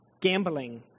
gambling